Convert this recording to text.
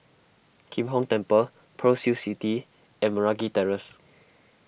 Kim Hong Temple Pearl's Hill City and Meragi Terrace